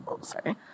sorry